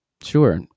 Sure